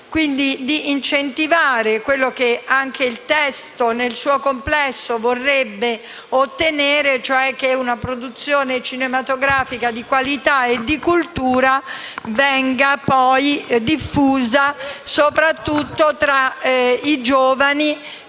quindi di incentivare quello che anche il testo nel suo complesso vorrebbe ottenere, cioè che le produzioni cinematografiche culturali e di qualità vengano poi diffuse soprattutto tra i giovani,